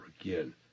again